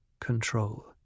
Control